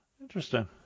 Interesting